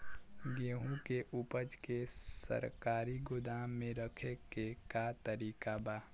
गेहूँ के ऊपज के सरकारी गोदाम मे रखे के का तरीका बा?